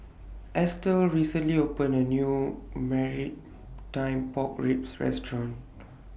Estel recently opened A New Maritime Pork Ribs Restaurant